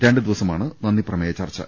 രണ്ടുദിവസ മാണ് നന്ദി പ്രമേയ ചർച്ചു